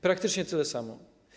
Praktycznie tyle samo.